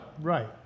Right